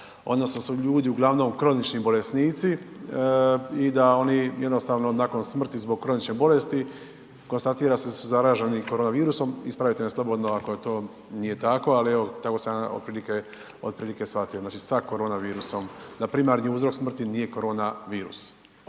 odnosno da su ljudi uglavnom kronični bolesnici i da oni jednostavno nakon smrti zbog kronične bolesti konstatira se da su zaraženi koronavirusom, ispravite me slobodno ako to nije tako, ali evo tako sam ja otprilike, otprilike shvatio, znači sa koronavirusom, da primarni uzrok smrti nije koronavirus,